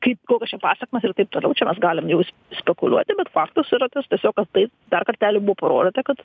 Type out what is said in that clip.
kaip kokios čia pasekmės ir taip toliau čia mes galime jau is spekuliuoti bet faktas yra tas tiesiog gal taip dar kartelį buvo parodyta kad